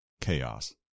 chaos